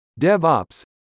DevOps